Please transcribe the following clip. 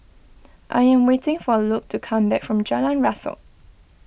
I am waiting for Luc to come back from Jalan Rasok